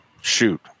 shoot